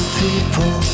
people